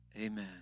Amen